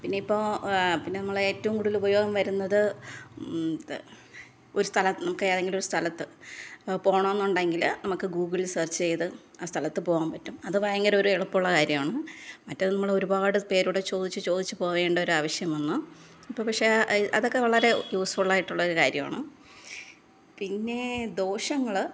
പിന്നെ ഇപ്പോൾ ആ പിന്നെ നമ്മൾ ഏറ്റവും കൂടുതലുപയോഗം വരുന്നത് ഒരു സ്ഥലത്ത് നമുക്ക് ഏതെങ്കിലുമൊരു സ്ഥലത്ത് പോകണമെന്നുണ്ടെങ്കിൽ നമുക്ക് ഗുഗിളില് സെര്ച്ച് ചെയ്ത് ആ സ്ഥലത്ത് പോകാന് പറ്റും അത് ഭയങ്കര ഒരു എളുപ്പമുള്ള കാര്യമാണ് മറ്റേത് നമ്മളൊരുപാട് പേരോട് ചോദിച്ചു ചോദിച്ചു പോകേണ്ട ഒരു ആവശ്യം വന്ന് ഇപ്പോൾ പക്ഷെ അതൊക്കെ വളരെ യുസ്ഫുള്ലായിട്ടുള്ള ഒരു കാര്യമാണ് പിന്നെ ദോഷങ്ങൾ